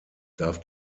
darf